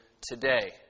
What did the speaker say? today